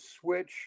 switch